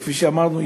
וכפי שאמרנו,